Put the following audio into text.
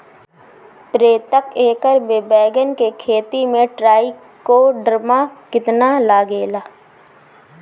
प्रतेक एकर मे बैगन के खेती मे ट्राईकोद्रमा कितना लागेला?